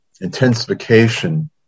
intensification